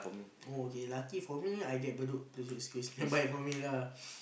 oh okay lucky for me I get Bedok nearby for me lah